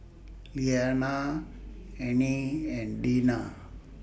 Liana Anie and Deena